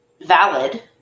valid